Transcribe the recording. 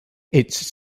its